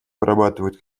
вырабатывают